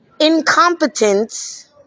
incompetence